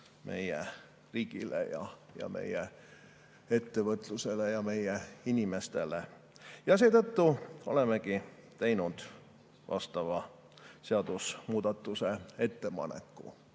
meie riigile, meie ettevõtlusele ja meie inimestele. Seetõttu olemegi teinud vastava seadusemuudatuse ettepaneku.